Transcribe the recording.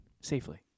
Safely